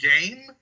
game